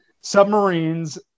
submarines